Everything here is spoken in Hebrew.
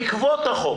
בעקבות החוק.